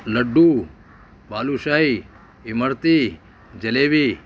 لڈو balushahi imarti jalebi